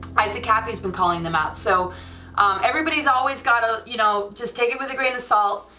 isaac kappy has been calling them out, so everybody's always got ah you know just take it with a grain of salt,